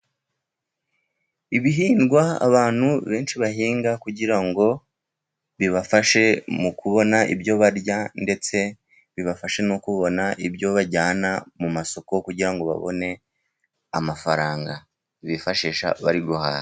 Ibihingwa abantu benshi bahinga kugira ngo bibafashe mu kubona ibyo barya, ndetse bibafashe no kubona ibyo bajyana mu masoko kugira ngo babone amafaranga, bifashisha bari guhaha.